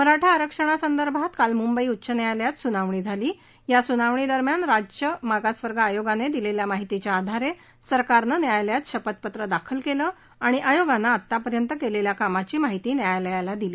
मराठा आरक्षणासंदर्भात काल मुंबई उच्च न्यायालयात सुनावणी झाली या सुनावणी दरम्यान राज्य मागासवर्ग आयोगानं दिलेल्या माहितीच्या आधारे सरकारनं न्यायालयात शपथपत्र दाखल केलं आणि आयोगानं आत्तापर्यंत केलेल्या कामाची माहिती सरकारनं न्यायालयाला दिली